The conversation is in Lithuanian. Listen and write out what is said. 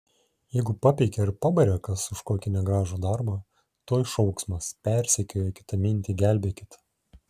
jeigu papeikė ar pabarė kas už kokį negražų darbą tuoj šauksmas persekioja kitamintį gelbėkit